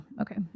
Okay